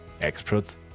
Experts